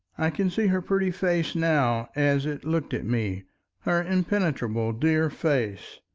i can see her pretty face now as it looked at me her impenetrable dear face.